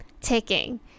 ticking